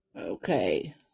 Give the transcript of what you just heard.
Okay